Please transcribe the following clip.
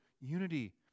unity